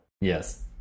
Yes